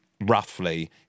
roughly